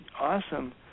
awesome